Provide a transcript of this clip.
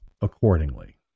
accordingly